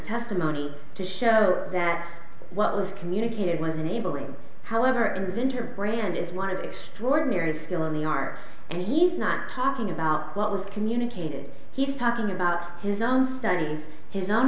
testimony to show that what was communicated was enabling however inventor brand is one of extraordinary skill in the art and he's not talking about what was communicated he was talking about his own studies his own